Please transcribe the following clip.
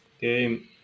game